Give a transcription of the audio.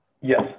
Yes